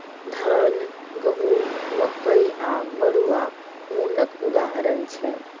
धान, गहुँम, मकइ आ मरुआ ओनक उदाहरण छै